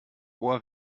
ohr